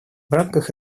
рамках